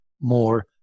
more